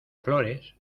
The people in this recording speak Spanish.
flores